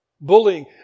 Bullying